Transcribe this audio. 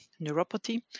neuropathy